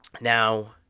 Now